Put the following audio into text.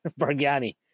bargani